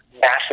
massive